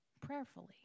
prayerfully